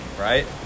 right